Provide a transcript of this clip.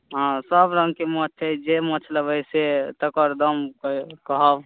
हँ सभ रङ्गके माछ छै जे माछ लेबै से तकर दाम कहैले कहब